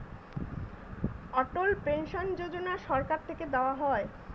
অটল pension Yojana সরকার থেকে দেওয়া হয়